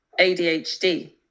adhd